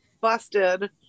busted